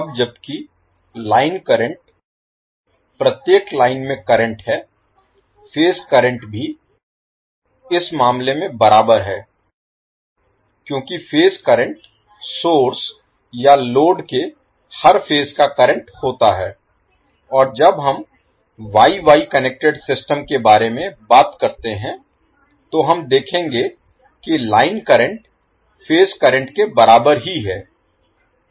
अब जबकि line current प्रत्येक लाइन में करंट है फेज करंट भी इस मामले में बराबर है क्योंकि फेज करंट सोर्स या लोड के हर फेज का करंट होता है और जब हम Y Y कनेक्टेड सिस्टम के बारे में बात करते हैं तो हम देखेंगे कि लाइन करंट फेज के बराबर ही है